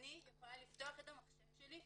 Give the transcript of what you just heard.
אני יכולה לפתוח את המחשב שלי,